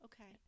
okay